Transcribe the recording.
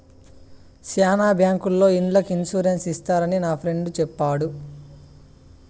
శ్యానా బ్యాంకుల్లో ఇండ్లకి ఇన్సూరెన్స్ చేస్తారని నా ఫ్రెండు చెప్పాడు